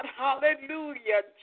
hallelujah